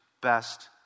best